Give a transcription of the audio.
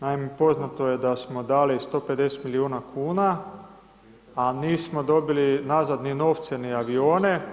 Naime, poznato je da smo dali 150 milijuna kuna a nismo dobili nazad ni novce ni avione.